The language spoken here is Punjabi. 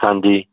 ਹਾਂਜੀ